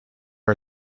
are